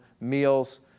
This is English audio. meals